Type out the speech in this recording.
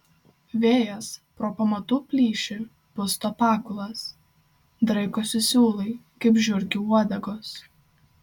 vėjas pro pamatų plyšį pusto pakulas draikosi siūlai kaip žiurkių uodegos